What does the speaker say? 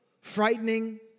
frightening